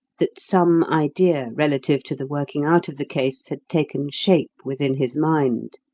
that some idea relative to the working out of the case had taken shape within his mind,